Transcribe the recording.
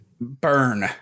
burn